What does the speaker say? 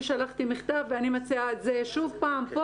אני שלחתי מכתב ואני מציעה את זה שוב פעם פה